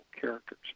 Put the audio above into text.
characters